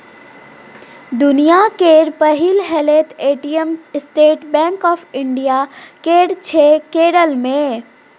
दुनियाँ केर पहिल हेलैत ATM State Bank of India केर छै केरल मे